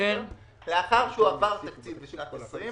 לאחר שהועבר תקציב לשנת 2020,